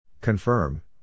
Confirm